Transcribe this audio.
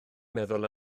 meddwl